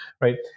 right